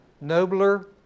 nobler